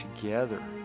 together